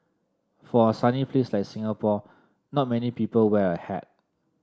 for a sunny place like Singapore not many people wear a hat